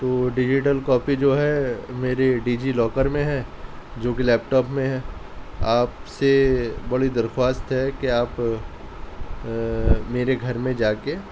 تو digital copy جو ہے میرے ڈیجیلاکر میں ہے جوکہ لیپ ٹاپ میں ہے آپ سے بڑی درخواست ہے کہ آپ میرے گھر میں جا کے